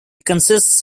consists